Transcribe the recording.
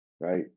right